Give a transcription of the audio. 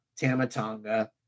Tamatanga